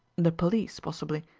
the police, possibly.